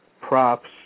props